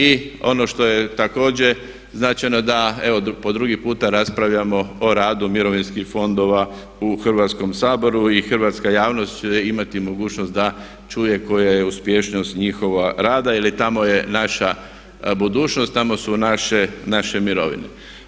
I ono što je također značajno da evo po drugi puta raspravljamo o radu mirovinskih fondova u Hrvatskom saboru i hrvatska javnost će imati mogućnost da čuje koja je uspješnost njihova rada jer tamo je naša budućnost, tamo su naše mirovine.